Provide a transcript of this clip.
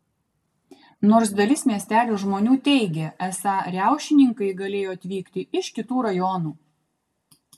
nors dalis miestelio žmonių teigė esą riaušininkai galėjo atvykti iš kitų rajonų